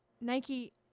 Nike